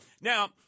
Now